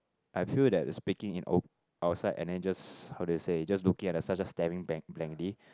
I feel that the speaking in outside and then just how do I say just looking at the such a staring blankly